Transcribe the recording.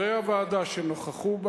וחברי הוועדה שנכחו.